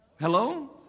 Hello